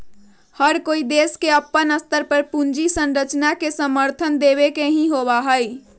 हर कोई देश के अपन स्तर पर पूंजी संरचना के समर्थन देवे के ही होबा हई